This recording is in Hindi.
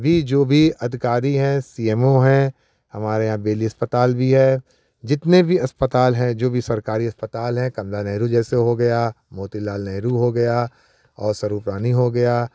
भी जो भी अधिकारी हैं सी एम ओ हैं हमारे यहाँ बेली अस्पताल भी है जितने भी अस्पताल है जो भी सरकारी अस्पताल हैं कमला नेहरू जैसे हो गया मोतीलाल नेहरू हो गया और स्वरुपरानी हो गया